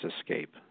escape